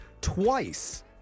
twice